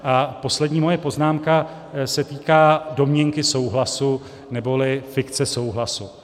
A poslední moje poznámka se týká domněnky souhlasu neboli fikce souhlasu.